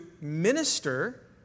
minister